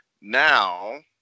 Now